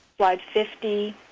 slide fifty,